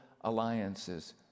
alliances